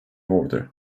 order